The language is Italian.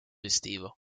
estivo